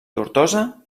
tortosa